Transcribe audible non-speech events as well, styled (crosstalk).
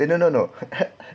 macam no no no (laughs)